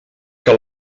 que